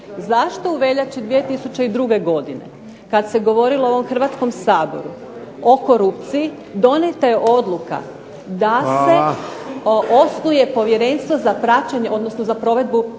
zašto u veljači 2002. godine kad se govorilo u ovom Hrvatskom saboru o korupciji, donijeta je odluka da se osnuje Povjerenstvo za praćenje, odnosno za provedbu